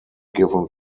given